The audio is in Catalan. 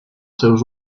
seus